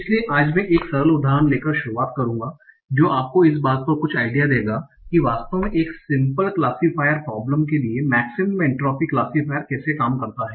इसलिए आज मैं एक सरल उदाहरण लेकर शुरुआत करूंगा जो आपको इस बात पर कुछ आइडिया देगा कि वास्तव में एक सिम्पल क्लासिफायर प्रोब्लम के लिए मेक्सिमम एन्ट्रोपी क्लासिफायर कैसे काम करता है